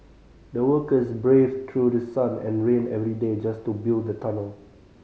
the workers braved through the sun and rain every day just to build the tunnel